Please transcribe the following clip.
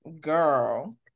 girl